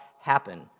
happen